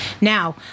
Now